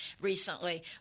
recently